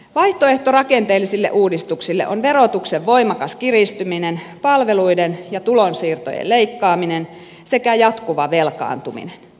vaihtoehto rakenteellisille uudistuksille on verotuksen voimakas kiristyminen palveluiden ja tulonsiirtojen leikkaaminen sekä jatkuva velkaantuminen